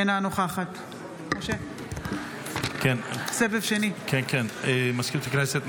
אינה נוכחת סגנית מזכיר הכנסת,